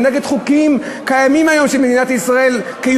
זה נגד חוקים של מדינת ישראל שקיימים היום.